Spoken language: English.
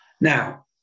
Now